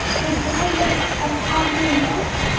regardless of how they look,